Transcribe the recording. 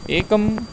एकम्